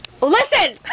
Listen